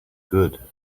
good